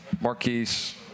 Marquise